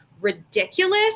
ridiculous